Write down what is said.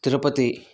Tirupati